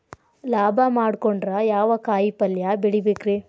ಲಾಭ ಮಾಡಕೊಂಡ್ರ ಯಾವ ಕಾಯಿಪಲ್ಯ ಬೆಳಿಬೇಕ್ರೇ?